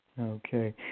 Okay